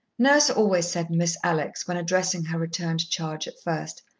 nurse always said miss alex when addressing her returned charge at first,